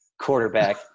quarterback